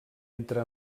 entre